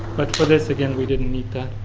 but for this again we didn't need that.